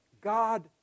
God